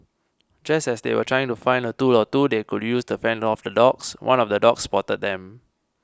just as they were trying to find a tool or two they could use to fend off the dogs one of the dogs spotted them